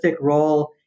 role